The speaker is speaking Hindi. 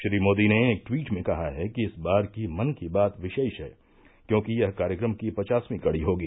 श्री मोदी ने एक ट्वीट में कहा कि इस बार की मन की बात विशेष है क्योंकि यह कार्यक्रम की पचासवीं कड़ी होगी